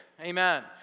Amen